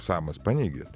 samas paneigė